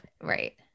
Right